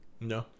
No